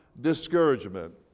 discouragement